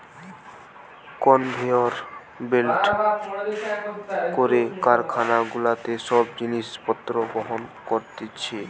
conveyor বেল্টে করে কারখানা গুলাতে সব জিনিস পত্র বহন করতিছে